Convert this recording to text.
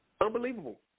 Unbelievable